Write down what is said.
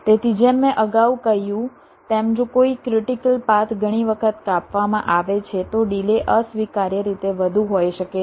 તેથી જેમ મેં અગાઉ કહ્યું તેમ જો કોઈ ક્રિટીકલ પાથ ઘણી વખત કાપવામાં આવે છે તો ડિલે અસ્વીકાર્ય રીતે વધુ હોઈ શકે છે